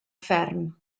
fferm